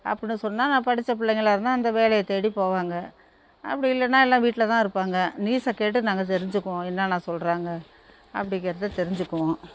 அப்புடின்னு சொன்னால் நான் படிச்ச பிள்ளைங்களா இருந்தால் அந்த வேலையை தேடி போவாங்க அப்படி இல்லைன்னா எல்லாம் வீட்டில்தான் இருப்பாங்க நியூஸ்ஸை கேட்டு நாங்கள் தெரிஞ்சிக்குவோம் என்னென்னா சொல்கிறாங்க அப்படி கேட்டு தெரிஞ்சிக்குவோம்